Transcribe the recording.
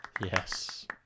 Yes